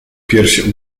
piersi